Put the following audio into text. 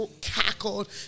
cackled